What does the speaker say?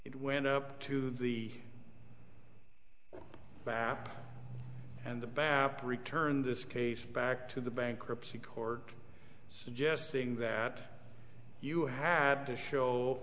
it went up to the up and the baptists returned this case back to the bankruptcy court suggesting that you had to show